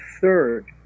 third